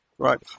Right